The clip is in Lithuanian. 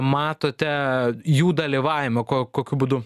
matote jų dalyvavimą ko kokiu būdu